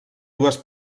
dues